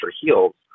heals